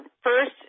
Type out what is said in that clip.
first